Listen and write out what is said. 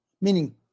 meaning